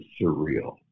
surreal